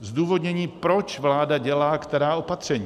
Zdůvodnění, proč vláda dělá která opatření.